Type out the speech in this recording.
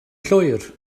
llwyr